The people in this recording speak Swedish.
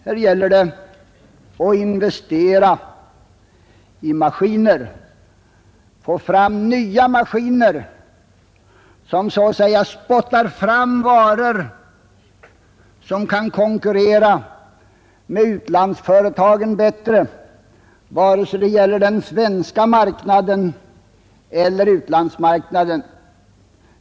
Här gäller det att investera i maskiner, att skaffa nya maskiner som så att säga spottar fram varor och som gör att de svenska företagen kan konkurrera bättre med utlandsföretagen vare sig det gäller den svenska marknaden eller utlandsmarknaden.